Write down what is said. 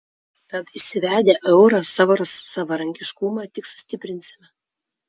tad įsivedę eurą savo savarankiškumą tik sustiprinsime